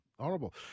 Horrible